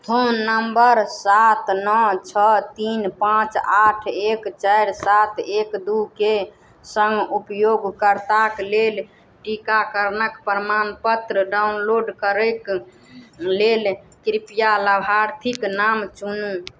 phone नम्बर सात नओ छओ तीन पाँच आठ एक चारि सात एक दुइके सङ्ग उपयोगकर्ताक लेल टीकाकरणक प्रमाणपत्र डाउनलोड करैक लेल कृपया लाभार्थीके नाम चुनू